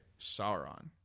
Sauron